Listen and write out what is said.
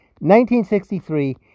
1963